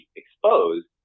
exposed